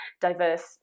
diverse